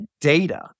data